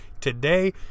today